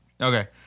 Okay